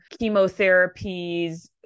chemotherapies